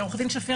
עורך הדין שפיר,